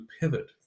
pivot